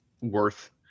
worth